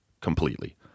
completely